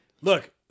Look